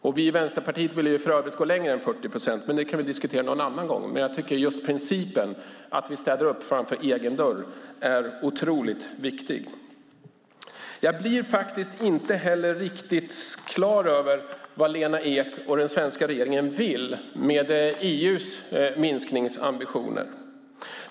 Vi i Vänsterpartiet vill för övrigt gå längre än 40 procent. Det kan vi diskutera någon annan gång. Men jag tycker att just principen, att vi städar upp framför egen dörr, är otroligt viktig. Jag blir faktiskt inte heller riktigt klar över vad Lena Ek och den svenska regeringen vill med EU:s minskningsambitioner.